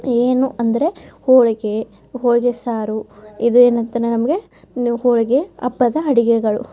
ಏನು ಅಂದರೆ ಹೋಳಿಗೆ ಹೋಳಿಗೆ ಸಾರು ಇದು ಏನಂತಾನೆ ನಮಗೆ ಇದು ಹೋಳಿಗೆ ಹಬ್ಬದ ಅಡುಗೆಗಳು